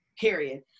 period